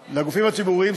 הציבוריים,